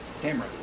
Camera